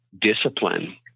discipline